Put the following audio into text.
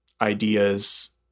ideas